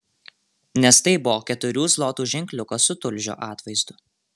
nes tai buvo keturių zlotų ženkliukas su tulžio atvaizdu